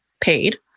paid